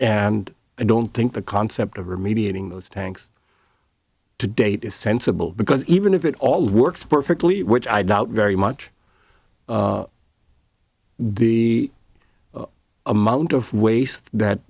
and i don't think the concept of remediating those tanks to date is sensible because even if it all works perfectly which i doubt very much the amount of waste that